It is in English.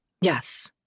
yes